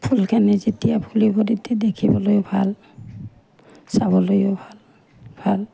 ফুলখিনি যেতিয়া ফুলিব তেতিয়া দেখিবলৈও ভাল চাবলৈও ভাল ভাল